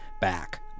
back